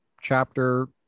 chapter